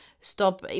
stop